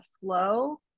flow